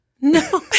No